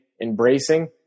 embracing